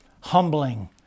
humbling